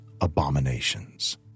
abominations